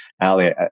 Ali